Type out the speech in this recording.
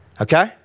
Okay